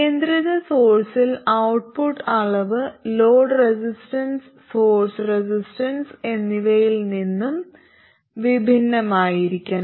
നിയന്ത്രിത സോഴ്സിൽ ഔട്ട്പുട്ട് അളവ് ലോഡ് റെസിസ്റ്റൻസ് സോഴ്സ് റെസിസ്റ്റൻസ് എന്നിവയിൽ നിന്നും വിഭിന്നമായിരിക്കണം